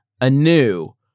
anew